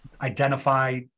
identify